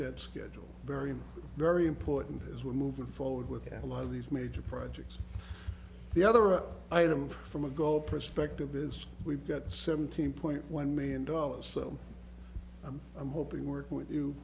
did schedule very very important as we move forward with a lot of these major projects the other item from a goal perspective is we've got seventeen point one million dollars so i'm i'm hoping work with you